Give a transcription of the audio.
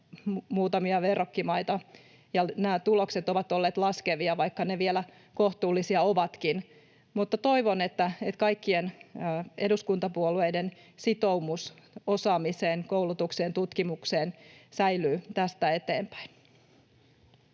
muutamista verrokkimaista ja nämä tulokset ovat olleet laskevia, vaikka ne vielä kohtuullisia ovatkin. Toivon, että kaikkien eduskuntapuolueiden sitoumus osaamiseen, koulutukseen, tutkimukseen säilyy tästä eteenpäin.